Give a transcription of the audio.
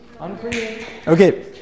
Okay